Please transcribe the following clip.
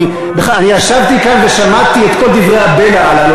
אני ישבתי כאן ושמעתי את כל דברי הבלע הללו,